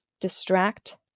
distract